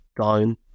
down